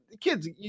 kids